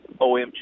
OMG